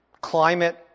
Climate